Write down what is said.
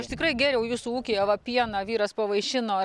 aš tikrai gėriau jūsų ūkyje va pieną vyras pavaišino